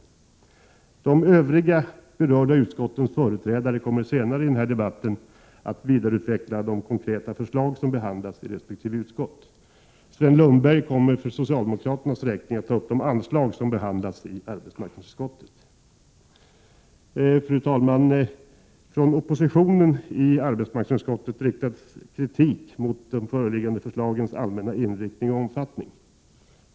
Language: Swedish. De övriga berörda utskottens företrädare kommer senare i denna debatt att vidareutveckla de konkreta förslag som behandlas i resp. utskott. Sven Lundberg kommer för socialdemokraternas räkning att ta upp de anslag som behandlats i arbetsmarknadsutskottet. Fru talman! Från oppositionen har i arbetsmarknadsutskottet riktats kritik mot det föreliggande förslagets allmänna inriktning och omfattning.